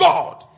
God